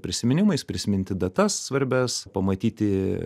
prisiminimais prisiminti datas svarbias pamatyti